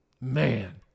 man